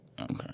Okay